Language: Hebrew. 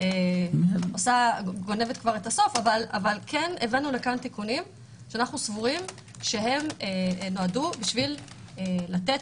הבאנו תיקונים שאנו סבורים שנועדו כדי לתת